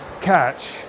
catch